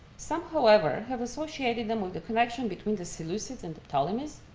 some however, have associated them with the connection between the seleucids and ptolemies,